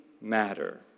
matter